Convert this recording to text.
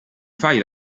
fai